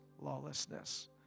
lawlessness